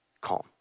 calm